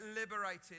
liberated